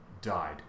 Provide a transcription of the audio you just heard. died